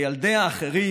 וילדי האחרים,